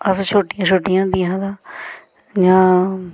अस छोटियां छोटियां होंदिया हियां तां इ'यां